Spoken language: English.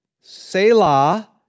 Selah